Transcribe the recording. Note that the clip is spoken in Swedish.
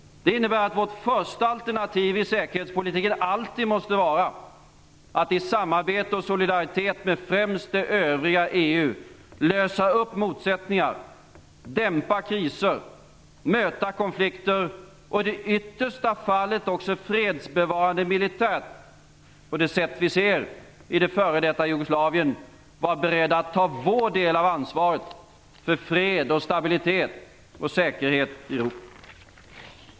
Det innebär att vårt första alternativ i säkerhetspolitiken alltid måste vara att i samarbete och solidaritet med främst det övriga EU lösa upp motsättningar, dämpa kriser, möta konflikter och i det yttersta fallet också fredsbevarande militärt, på det sätt vi ser i det före detta Jugoslavien, vara beredda att ta vår del av ansvaret för fred, stabilitet och säkerhet i Europa.